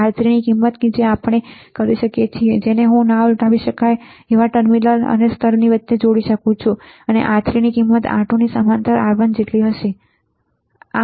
R3 ની કિંમત જે આપણે કરી શકીએ છીએ જેને હું ના ઉલટાવી શકાય એ ટર્મિનલ અને સ્તર વચ્ચે જોડી શકું છું અને R3 ની કિંમત R2 ની સમાંતર R1 જેટલી હશે